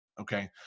okay